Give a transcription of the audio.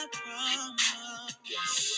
promise